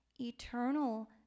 eternal